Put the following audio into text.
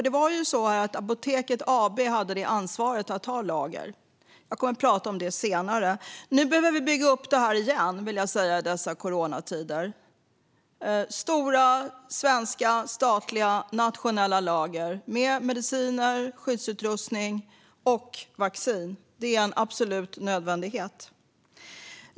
Det var Apoteket AB som hade ansvaret att ha lager. Jag kommer att tala om detta senare. Nu behöver vi bygga upp detta igen, vill jag säga i dessa coronatider - stora svenska statliga och nationella lager med mediciner, skyddsutrustning och vaccin. Det är en absolut nödvändighet.